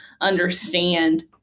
understand